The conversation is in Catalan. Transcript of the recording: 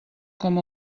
com